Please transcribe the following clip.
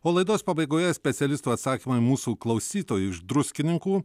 o laidos pabaigoje specialistų atsakymai į mūsų klausytojo iš druskininkų